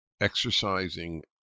exercising